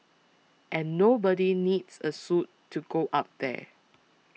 and nobody needs a suit to go up there